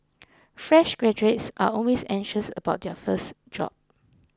fresh graduates are always anxious about their first job